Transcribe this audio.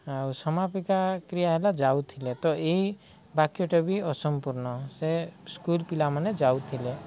ଆଉ ସମାପିକା କ୍ରିୟା ହେଲା ଯାଉଥିଲେ ତ ଏଇ ବାକ୍ୟଟା ବି ଅସମ୍ପୂର୍ଣ୍ଣ ସେ ସ୍କୁଲ ପିଲାମାନେ ଯାଉଥିଲେ